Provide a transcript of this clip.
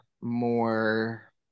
more